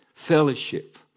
fellowship